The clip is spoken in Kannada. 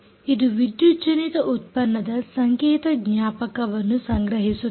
ಇದು ವಿದ್ಯುಜ್ಜನಿತ ಉತ್ಪನ್ನದ ಸಂಕೇತ ಜ್ಞಾಪಕವನ್ನು ಸಂಗ್ರಹಿಸುತ್ತದೆ